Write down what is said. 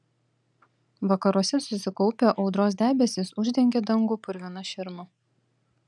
vakaruose susikaupę audros debesys uždengė dangų purvina širma